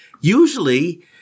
usually